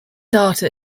data